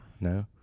no